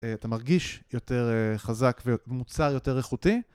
אתה מרגיש יותר חזק ומוצר יותר איכותי.